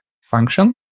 function